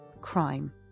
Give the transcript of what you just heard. crime